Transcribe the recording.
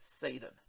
Satan